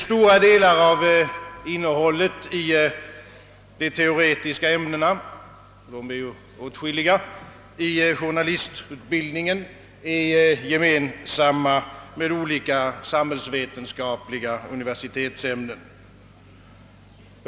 Stora delar av innehållet i de teoretiska ämnena i journalistutbildningen, vilka är åtskilliga, är gemensamma med olika samhällsvetenskapliga universitetsämnen.